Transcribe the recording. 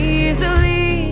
easily